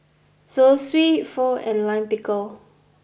Zosui Pho and Lime Pickle